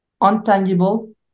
untangible